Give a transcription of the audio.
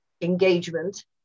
engagement